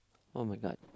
oh-my-god